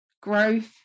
growth